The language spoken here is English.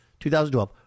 2012